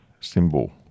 symbol